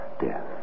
Death